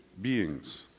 beings